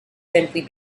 simply